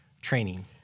training